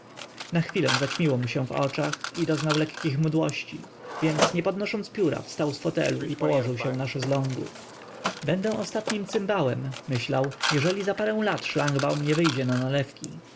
na chwilę zaćmiło mu się w oczach i doznał lekkich mdłości więc nie podnosząc pióra wstał z fotelu i położył się na szeslągu będę ostatnim cymbałem myślał jeżeli za parę lat szlangbaum nie wyjdzie na nalewki